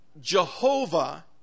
Jehovah